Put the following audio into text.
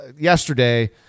yesterday